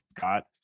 got